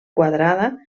quadrada